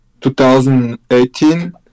2018